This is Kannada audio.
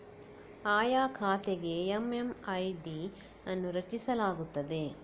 ಆಯಾ ಖಾತೆಗೆ ಎಮ್.ಎಮ್.ಐ.ಡಿ ಅನ್ನು ರಚಿಸಲಾಗುತ್ತದೆ